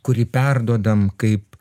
kurį perduodam kaip